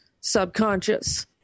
subconscious